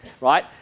right